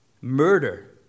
murder